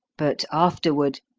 but afterward,